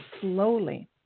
slowly